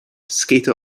skater